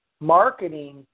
marketing